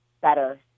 better